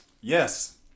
Yes